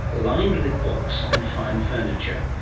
lined with books and fine furniture.